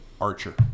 Archer